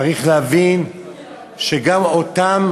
צריך להבין שגם אותם